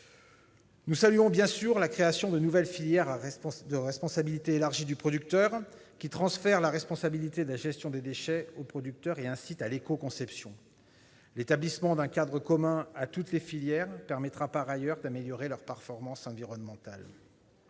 Nous saluons bien sûr la création de nouvelles filières à responsabilité élargie du producteur, qui transfèrent la responsabilité de la gestion des déchets au producteur et incitent à l'éco-conception. L'établissement d'un cadre commun à toutes les filières permettra par ailleurs d'améliorer leurs performances environnementales.